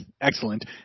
excellent